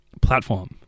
platform